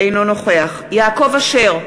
אינו נוכח יעקב אשר,